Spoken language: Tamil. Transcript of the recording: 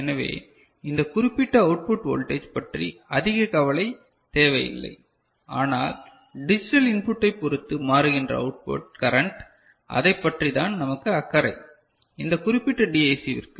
எனவே இந்த குறிப்பிட்ட அவுட்புட் வோல்டேஜ் பற்றி அதிக கவலை தேவை இல்லை ஆனால் டிஜிட்டல் இன்புட்டைப் பொருத்து மாறுகின்ற அவுட்புட் கரண்ட் அதைப் பற்றி தான் நமக்கு அக்கறை இந்த குறிப்பிட்ட டிஏசிவிற்கு